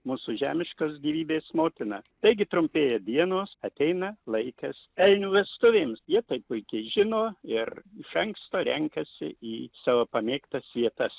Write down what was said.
mūsų žemiškos gyvybės motina taigi trumpėja dienos ateina laikas elnių vestuvėms jie tai puikiai žino ir iš anksto renkasi į savo pamėgtas vietas